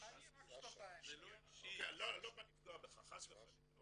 לא בא לפגוע בך חס וחלילה.